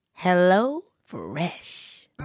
HelloFresh